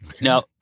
Now